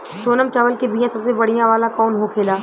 सोनम चावल के बीया सबसे बढ़िया वाला कौन होखेला?